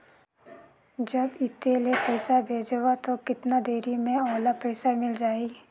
जब इत्ते ले पइसा भेजवं तो कतना देरी मे ओला पइसा मिल जाही?